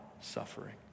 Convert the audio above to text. suffering